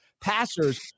passers